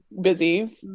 busy